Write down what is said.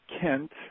Kent –